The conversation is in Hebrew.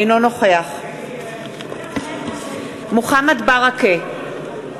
אינו נוכח מוחמד ברכה,